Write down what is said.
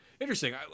Interesting